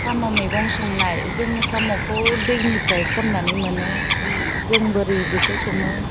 साम' मैगं संनाय जों साम'खौ दैनिफ्राय खन्नानै मोनो जों बोरै बेखौ सङो